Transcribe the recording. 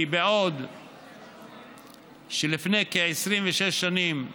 כי לפני כ-26 שנים,